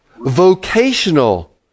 Vocational